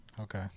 Okay